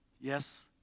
Yes